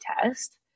test